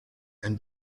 and